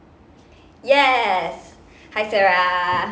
yes hi sarah